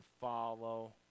follow